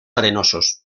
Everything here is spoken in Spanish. arenosos